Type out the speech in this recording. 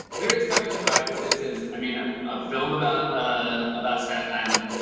there is something to the fact that this is, i mean, a ah film about ah about staten island,